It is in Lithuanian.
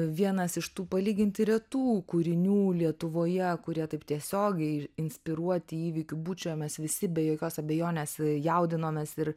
vienas iš tų palyginti retų kūrinių lietuvoje kurie taip tiesiogiai inspiruoti įvykių bučoje mes visi be jokios abejonės jaudinomės ir